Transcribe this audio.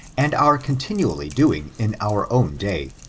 and are continually doing in our own day,